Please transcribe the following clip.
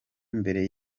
imbere